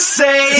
say